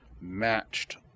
matched